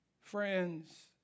friends